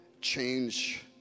change